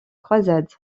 croisade